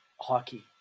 hockey